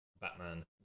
Batman